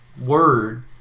word